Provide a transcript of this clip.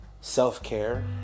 self-care